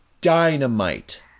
dynamite